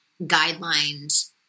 guidelines